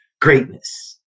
greatness